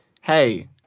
hey